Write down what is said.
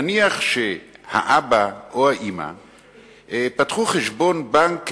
נניח שהאבא או האמא פתחו חשבון בנק,